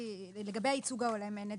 לגבי הייצוג ההולם אין את